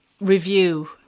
review